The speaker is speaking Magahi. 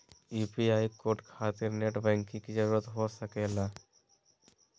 यू.पी.आई कोड खातिर नेट बैंकिंग की जरूरत हो सके ला?